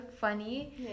funny